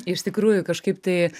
iš tikrųjų kažkaip tai